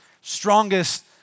strongest